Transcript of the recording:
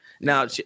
Now